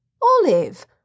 Olive